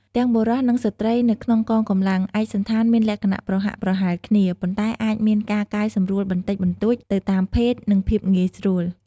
ទាំងបុរស និងស្ត្រីនៅក្នុងកងកម្លាំង ឯកសណ្ឋានមានលក្ខណៈប្រហាក់ប្រហែលគ្នា ប៉ុន្តែអាចមានការកែសម្រួលបន្តិចបន្តួចទៅតាមភេទ និងភាពងាយស្រួល។